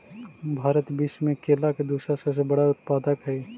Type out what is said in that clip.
भारत विश्व में केला के दूसरा सबसे बड़ा उत्पादक हई